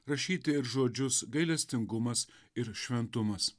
rašyti ir žodžius gailestingumas ir šventumas